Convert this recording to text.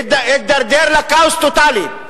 יידרדר לכאוס טוטלי.